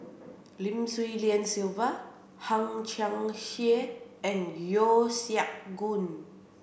Lim Swee Lian Sylvia Hang Chang Chieh and Yeo Siak Goon